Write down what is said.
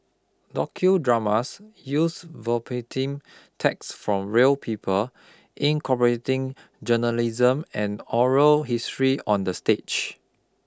docudramas use verbatim text from real people incorporating journalism and oral history on the stage